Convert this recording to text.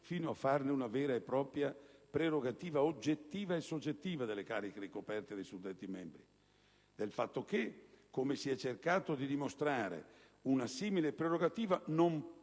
fino a farne una vera e propria «prerogativa oggettiva e soggettiva» delle cariche ricoperte dai suddetti membri di Governo. Del fatto che - come si è cercato di dimostrare - una simile prerogativa non